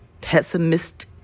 Pessimist